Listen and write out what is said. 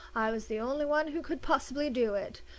i was the only one who could possibly do it.